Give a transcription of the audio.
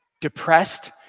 depressed